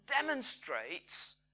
demonstrates